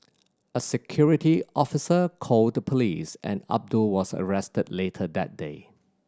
a security officer called the police and Abdul was arrested later that day